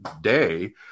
day